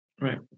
right